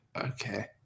okay